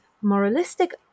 moralistic